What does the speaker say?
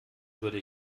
würde